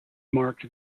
marked